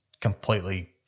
completely